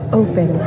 open